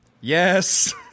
Yes